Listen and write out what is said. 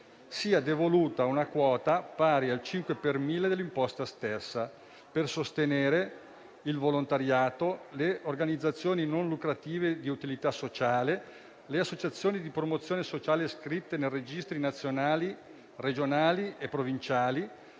sia devoluta una quota pari al 5 per mille dell'imposta stessa, per sostenere il volontariato, le organizzazioni non lucrative di utilità sociale, le associazioni di promozione sociale iscritte nei registri nazionali regionali e provinciali,